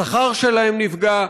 השכר שלהם נפגע,